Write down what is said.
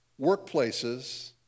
workplaces